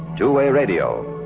two-way radio,